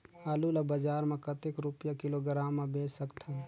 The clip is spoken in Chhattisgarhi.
आलू ला बजार मां कतेक रुपिया किलोग्राम म बेच सकथन?